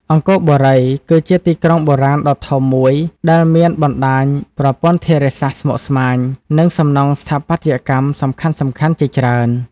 អង្គរបុរី គឺជាទីក្រុងបុរាណដ៏ធំមួយដែលមានបណ្តាញប្រព័ន្ធធារាសាស្ត្រស្មុគស្មាញ និងសំណង់ស្ថាបត្យកម្មសំខាន់ៗជាច្រើន។